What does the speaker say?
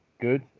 good